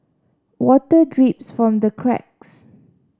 water drips from the cracks